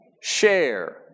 Share